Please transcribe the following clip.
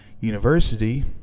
university